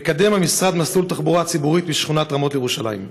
מקדם המשרד מסלול תחבורה ציבורית משכונת רמות לירושלים.